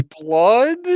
blood